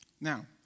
Now